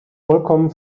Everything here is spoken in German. vollkommen